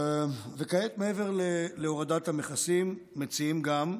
כעת, מעבר להורדת המכסים, מציעים גם,